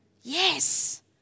Yes